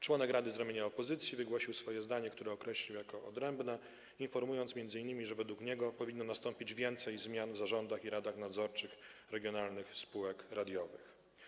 Członek rady z ramienia opozycji wygłosił swoje zdanie, które określił jako odrębne, informując m.in., że według niego powinno nastąpić więcej zmian w zarządach i radach nadzorczych regionalnych spółek radiowych.